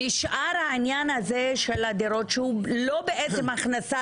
נשאר העניין הזה של הדירות שהוא לא הכנסה